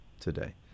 today